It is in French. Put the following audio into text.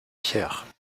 pierre